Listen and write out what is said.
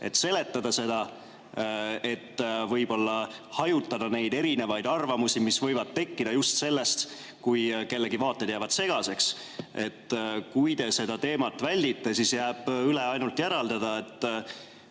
neid seletada, võib-olla hajutada erinevaid arvamusi, mis võivad tekkida just sellest, kui kellegi vaated jäävad segaseks. Kui te seda teemat väldite, siis jääb üle ainult järeldada,